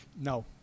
No